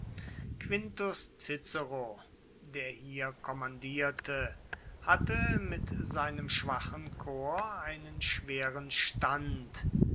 quintus cicero der hier kommandierte hatte mit seinem schwachen korps einen schweren stand